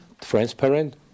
transparent